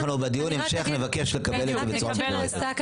בדיון ההמשך נבקש לקבל את זה בצורה מסודרת.